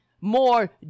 more